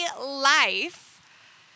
life